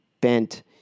bent